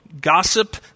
gossip